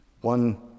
one